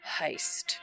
heist